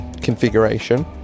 configuration